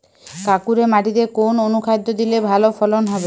কাঁকুরে মাটিতে কোন অনুখাদ্য দিলে ভালো ফলন হবে?